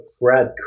Brad